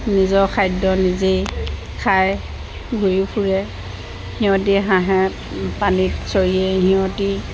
নিজৰ খাদ্য নিজেই খায় ঘূৰি ফুৰে সিহঁতে হাঁহে পানীত চৰিয়ে সিহঁতে